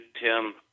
Tim